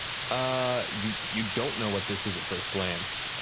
ah you you don't know what this is at first glance.